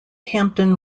hampton